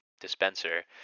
dispenser